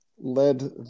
led